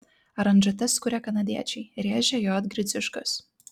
aranžuotes kuria kanadiečiai rėžė j gridziuškas